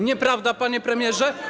Nieprawda, panie premierze?